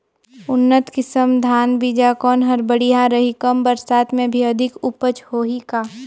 उन्नत किसम धान बीजा कौन हर बढ़िया रही? कम बरसात मे भी अधिक उपज होही का?